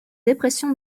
dépression